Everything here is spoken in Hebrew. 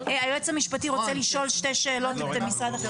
היועץ המשפטי רוצה לשאול שתי שאלות את משרד החינוך.